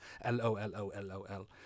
L-O-L-O-L-O-L